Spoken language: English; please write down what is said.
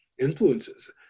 influences